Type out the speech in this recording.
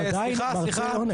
הוא עדיין מרצה עונש.